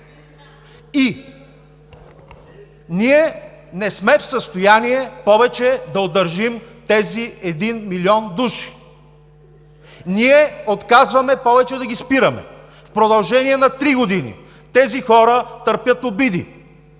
И ние не сме в състояние повече да удържим тези един милион души! Ние отказваме повече да ги спираме! В продължение на три години тези хора търпят обиди,